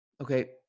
okay